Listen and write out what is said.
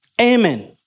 Amen